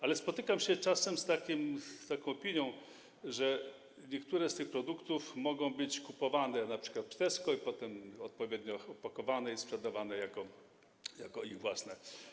Ale spotykam się czasem z taką opinią, że niektóre z tych produktów mogą być kupowane np. w Tesco, a potem odpowiednio pakowane i sprzedawane jako ich własne.